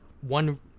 one